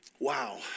Wow